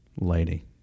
lady